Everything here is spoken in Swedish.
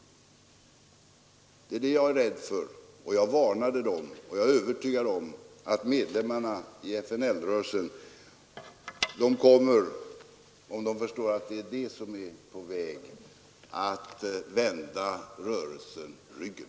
Det är det jag är rädd för, och jag varnade dem. Jag är också övertygad om att medlemmarna i FNL-rörelsen kommer, om de förstår att det är detta som är på väg, att vända rörelsen ryggen.